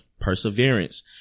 perseverance